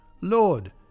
Lord